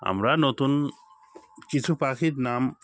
আমরা নতুন কিছু পাখির নাম